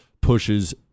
pushes